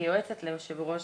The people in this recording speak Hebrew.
כיועצת ליושב ראש,